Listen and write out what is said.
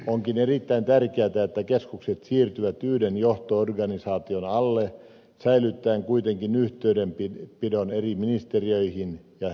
onkin erittäin tärkeätä että keskukset siirtyvät yhden johto organisaation alle säilyttäen kuitenkin yhteydenpidon eri ministeriöihin ja tekesiin